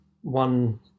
one